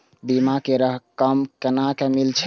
बीमा के रकम केना मिले छै?